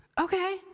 okay